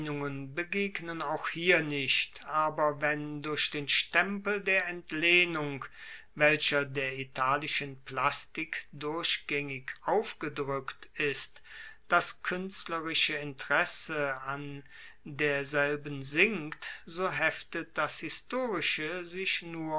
begegnen auch hier nicht aber wenn durch den stempel der entlehnung welcher der italischen plastik durchgaengig aufgedrueckt ist das kuenstlerische interesse an derselben sinkt so heftet das historische sich nur